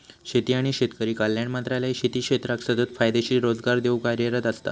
शेती आणि शेतकरी कल्याण मंत्रालय शेती क्षेत्राक सतत फायदेशीर रोजगार देऊक कार्यरत असता